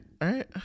right